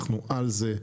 אנחנו על זה,